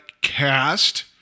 cast